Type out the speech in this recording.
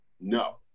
no